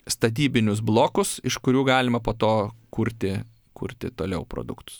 statybinius blokus iš kurių galima po to kurti kurti toliau produktus